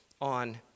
on